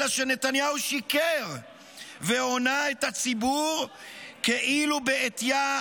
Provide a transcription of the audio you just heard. אלא שנתניהו שיקר והונה את הציבור כאילו בעטייה